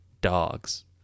Dogs